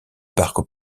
parc